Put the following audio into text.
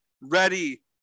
ready